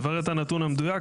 נברר את הנתון המדויק.